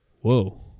Whoa